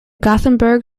gothenburg